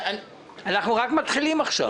אנחנו רק מתחילים עכשיו.